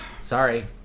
Sorry